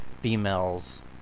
females